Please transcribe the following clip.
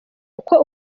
uko